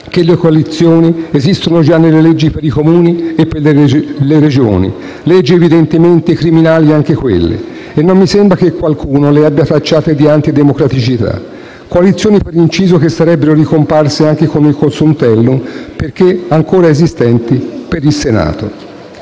che le coalizioni esistono già nelle leggi per i Comuni e per le Regioni (leggi evidentemente criminali anche quelle…), e non mi sembra che qualcuno le abbia tacciate di antidemocraticità. Coalizioni, peraltro, che sarebbero ricomparse anche con il Consultellum, perché ancora esistenti per il Senato.